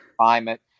climate